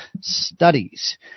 studies